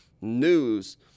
news